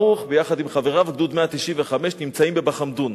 ברוך, ביחד עם חבריו לגדוד 195, נמצא בבחמדון.